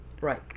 right